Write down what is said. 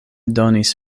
donis